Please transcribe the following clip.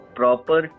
proper